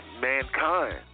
mankind